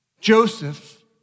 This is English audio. Joseph